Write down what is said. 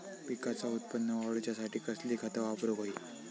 पिकाचा उत्पन वाढवूच्यासाठी कसली खता वापरूक होई?